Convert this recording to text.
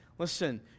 Listen